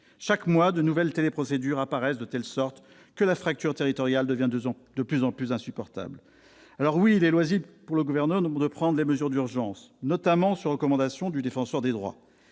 Chaque mois, de nouvelles téléprocédures apparaissent, de telle sorte que la fracture territoriale devient de plus en plus insupportable. Alors oui, il est loisible, pour le Gouvernement, de prendre les mesures d'urgence, notamment sur recommandation du Défenseur des droits.